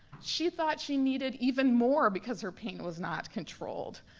she thought she needed even more because her pain was not controlled.